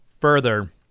further